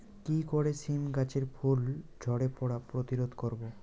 কি করে সীম গাছের ফুল ঝরে পড়া প্রতিরোধ করব?